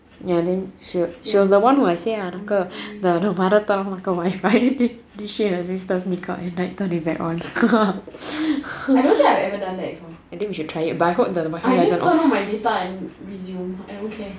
ya then she was the one that I say 那个 mother turn 那个 wifi she said her sisiter sneak out at night turn it back on I think I ever done it before I think we should try it but I hope I just turn on my data and resume I don't care ya